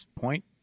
point